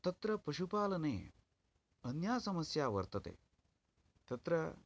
तत्र पशुपालने अन्या समस्या वर्तते तत्र